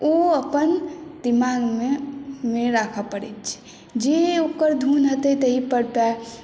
ओ अपन दिमाग मे नहि राखऽ पड़ैत छै जे ओकर धुन हेतै तही पर पाएर